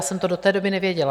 Já jsem to do té doby nevěděla.